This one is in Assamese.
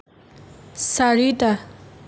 চাৰিটা